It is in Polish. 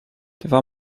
dwa